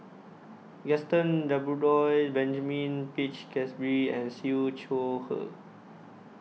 Gaston Dutronquoy Benjamin Peach Keasberry and Siew Shaw Her